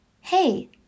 hey